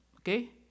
Okay